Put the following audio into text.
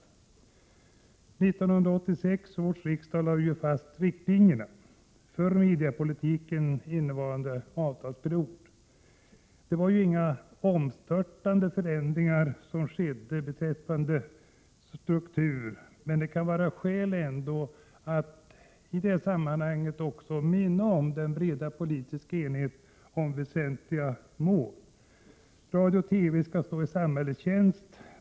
1986 års riksdag lade ju fast riktlinjerna för mediepolitiken under innevarande avtalsperiod. Det var inga omstörtande förändringar som skedde beträffande strukturen, men det kan vara skäl att i detta sammanhang erinra om den breda politiska enigheten om väsentliga mål. Radio och TV skall stå i samhällets tjänst.